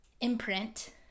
imprint